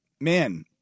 man